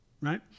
Right